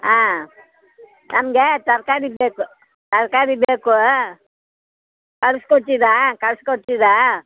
ಆಂ ನಮ್ಗೆ ತರಕಾರಿ ಬೇಕು ತರಕಾರಿ ಬೇಕು ಕಳ್ಸಿಕೊಡ್ತೀರಾ ಕಳ್ಸಿಕೊಡ್ತೀರಾ